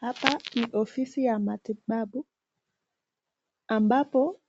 Hapa ni ofisi ya matibabu ambapo